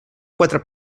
quatre